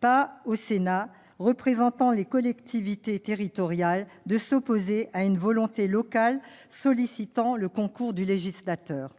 pas au Sénat, représentant des collectivités territoriales, de s'opposer à une volonté locale sollicitant le concours du législateur.